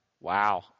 Wow